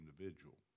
individual